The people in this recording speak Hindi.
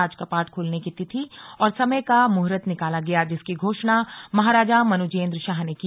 आज कपाट खोलने की तिथि और समय का मुहूर्त निकाला गया जिसकी घोषणा महाराजा मनुजेंद्र शाह ने की